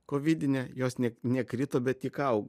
kovidinę jos ne nekrito bet tik augo